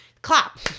Clap